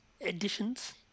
additions